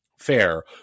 fair